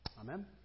Amen